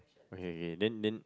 okay okay then then